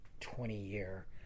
20-year